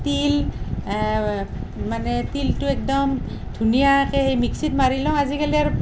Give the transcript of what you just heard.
তিল মানে তিলটো একদম ধুনীয়াকে সেই মিক্সিত মাৰি লওঁ আজিকালি আৰু